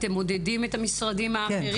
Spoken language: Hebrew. אתם מודדים את המשרדים האחרים?